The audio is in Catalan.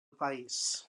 país